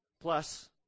Plus